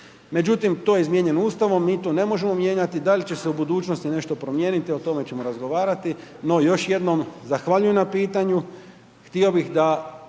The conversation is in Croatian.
Međutim, to je izmijenjeno Ustavom, mi to ne možemo mijenjati. Da li će se u budućnosti nešto promijeniti, o tome ćemo razgovarati, no još jednom zahvaljujem na pitanju. Htio bi da